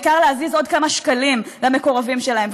העיקר להזיז עוד כמה שקלים למקורבים שלהם.